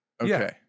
Okay